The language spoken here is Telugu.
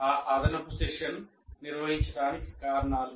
ఆ అదనపు సెషన్ నిర్వహించడానికి కారణాలు